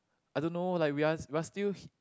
I don't know like we are we are still he